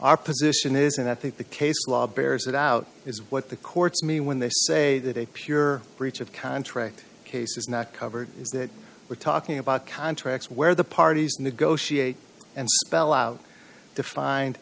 our position is and i think the case law bears that out is what the courts mean when they say that a pure breach of contract case is not covered is that we're talking about contracts where the parties negotiate and spell out defined